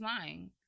lying